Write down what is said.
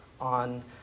on